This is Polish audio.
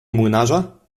młynarza